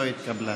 לא התקבלה.